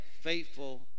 faithful